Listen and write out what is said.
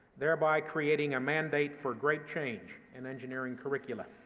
thereby creating a mandate for great change in engineering curricula.